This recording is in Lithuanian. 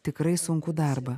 tikrai sunkų darbą